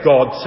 God